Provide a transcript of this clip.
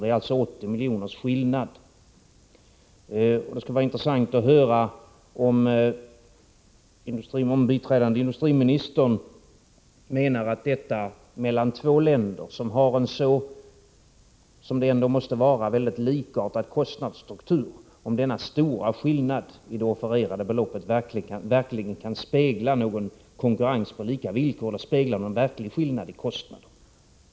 Det är alltså 80 miljoners skillnad. Det skulle vara intressant att höra om biträdande industriministern menar att denna stora skillnad i det offererade beloppet mellan två länder som måste ha en likartad kostnadsstruktur verkligen kan spegla någon konkurrens på lika villkor eller någon verklig skillnad i kostnader.